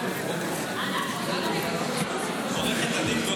גם את מתנגדת לא במהות.